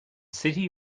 city